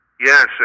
Yes